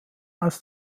aus